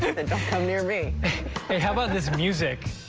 mary they have a a his music.